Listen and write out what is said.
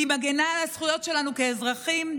היא מגינה על הזכויות שלנו כאזרחים,